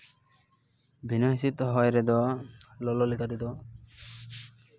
ᱵᱷᱤᱱᱟᱹ ᱦᱤᱸᱥᱤᱫ ᱦᱚᱭ ᱨᱮᱫᱚ ᱞᱚᱞᱚ ᱞᱮᱠᱟ ᱛᱮᱫᱚ